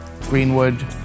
Greenwood